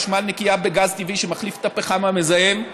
חשמל נקי בגז טבעי שמחליף את הפחם המזהם,